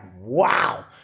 wow